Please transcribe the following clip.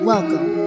Welcome